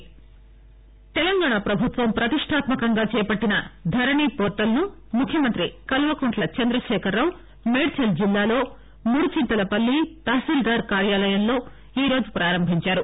ధరణి portal Telangana ప్రభుత్వం ప్రతిష్టాత్మకంగా చేపట్టిన ధరణి పోర్టల్ను ముఖ్యమంత్రి కల్వకుంట్ల చంద్రశేఖరరావు మేడ్సల్ జిల్లాలో ముడుచింతలపల్లి తహసీల్గార్ కార్యాలయంలో ఈరోజు ప్రారంభించారు